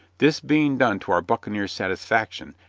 this being done to our buccaneer's satisfaction,